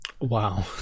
wow